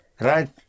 right